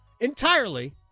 entirely